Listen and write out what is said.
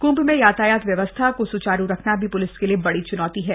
क्ंभ में यातायात व्यवस्था को सुचारू रखना भी प्लिस के लिए बड़ी च्नौती है